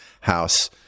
house